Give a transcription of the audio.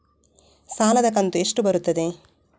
ಸಾಲದ ಕಂತು ಎಷ್ಟು ಬರುತ್ತದೆ?